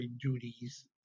duties